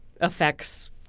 affects